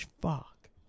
Fuck